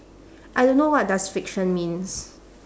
I don't know what does fiction means